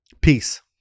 peace